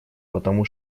потому